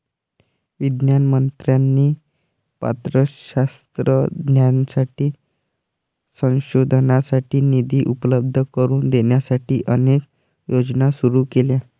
विज्ञान मंत्र्यांनी पात्र शास्त्रज्ञांसाठी संशोधनासाठी निधी उपलब्ध करून देण्यासाठी अनेक योजना सुरू केल्या